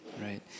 right